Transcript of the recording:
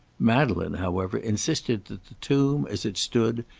madeleine, however, insisted that the tomb, as it stood,